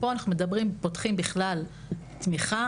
פה אנחנו מדברים ופותחים בכלל תמיכה,